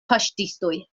paŝtistoj